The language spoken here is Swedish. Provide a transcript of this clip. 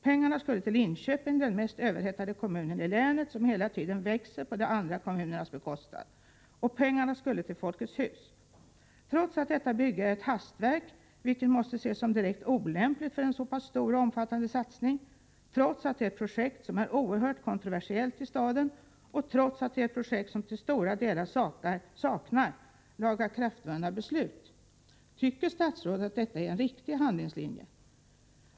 Pengarna skulle till Linköping, den mest överhettade kommunen i länet, som hela tiden växer på de andra kommunernas bekostnad. Och pengarna skulle till Folkets hus, trots att detta bygge är ett hastverk — vilket måste ses som direkt olämpligt för en så pass stor och omfattande satsning — trots att det är ett projekt som är oerhört kontroversiellt i staden och trots att det är ett projekt där det till stora delar saknas lagakraftvunna beslut. Tycker statsrådet att detta är en riktig handlingslinje?